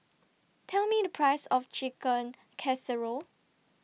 Tell Me The Price of Chicken Casserole